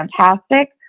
fantastic